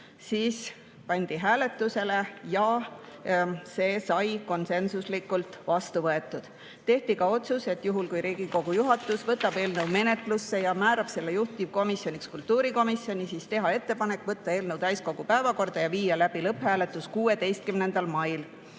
siis pandi otsus hääletusele ja see sai konsensuslikult vastu võetud. Langetati ka otsus, et juhul, kui Riigikogu juhatus võtab eelnõu menetlusse ja määrab selle juhtivkomisjoniks kultuurikomisjoni, teha ettepanek võtta eelnõu täiskogu päevakorda ja viia läbi lõpphääletus 16. mail.